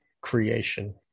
creation